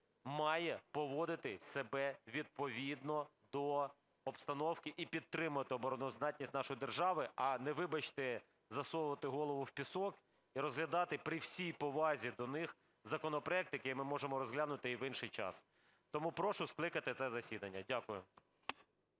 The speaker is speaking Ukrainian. має поводити себе відповідно до обстановки і підтримати обороноздатність нашої держави, а не, вибачте, засовувати голову в пісок і розглядати, при всій повазі до них, законопроекти, які ми можемо розглянути і в інший час. Тому прошу скликати це засідання. Дякую.